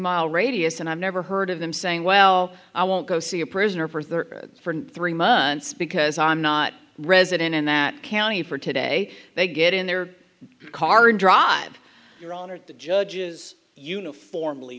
mile radius and i've never heard of them saying well i won't go see a prisoner for three months because i'm not resident in that county for today they get in their car and drive your honor the judges uniformly